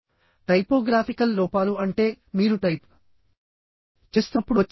typographical లోపాలు అంటే మీరు టైప్ చేస్తున్నప్పుడు వచ్చే లోపాలు